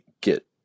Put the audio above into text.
get